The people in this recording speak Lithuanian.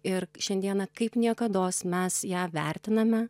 ir šiandieną kaip niekados mes ją vertiname